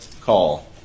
call